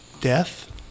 death